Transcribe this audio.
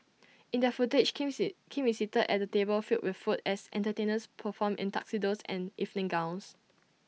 in that footage Kim seat Kim is seated at A table filled with food as entertainers perform in tuxedos and evening gowns